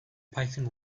python